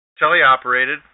teleoperated